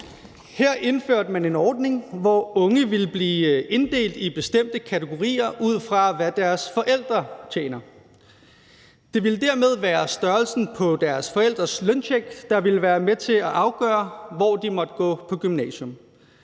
Her indførte man en ordning, hvor unge ville blive inddelt i bestemte kategorier ud fra, hvad deres forældre tjener. Det ville dermed være størrelsen på deres forældres løncheck, der ville være med til at afgøre, hvor de måtte gå på gymnasium.